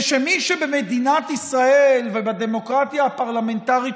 ושמי שבמדינת ישראל ובדמוקרטיה הפרלמנטרית